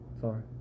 Sorry